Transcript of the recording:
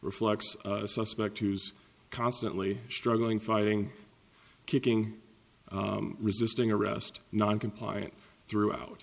reflects a suspect who's constantly struggling fighting kicking resisting arrest non compliant throughout